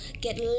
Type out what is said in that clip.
get